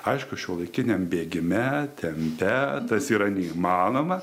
aišku šiuolaikiniam bėgime tempte tas yra neįmanoma